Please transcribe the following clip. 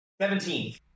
Seventeen